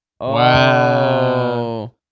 Wow